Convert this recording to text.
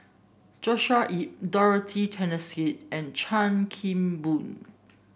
Joshua Ip Dorothy Tessensohn and Chan Kim Boon